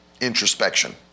Introspection